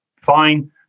fine